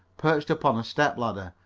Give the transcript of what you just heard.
perched upon a step-ladder,